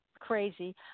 crazy